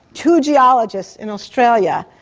two geologists in australia,